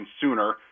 sooner